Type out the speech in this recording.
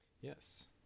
Yes